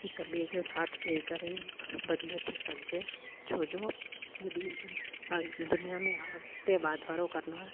हिकु ॿिए जो साथ ॾई करे बदिले थो सघजे छोजो यदि दुनिया में अॻिते वाधारो करिणो आहे